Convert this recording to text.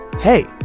Hey